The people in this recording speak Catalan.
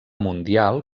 mundial